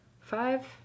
five